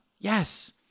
yes